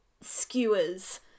skewers